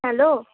hello